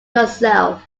yourself